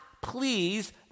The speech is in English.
please